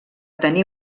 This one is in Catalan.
tenir